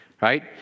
right